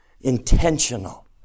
intentional